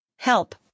Help